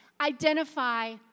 identify